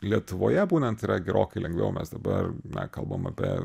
lietuvoje būnant yra gerokai lengviau mes dabar na kalbam apie